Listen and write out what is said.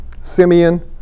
Simeon